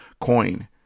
coin